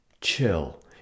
chill